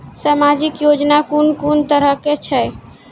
समाजिक योजना कून कून तरहक छै?